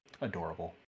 adorable